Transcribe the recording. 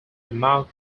among